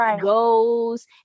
goals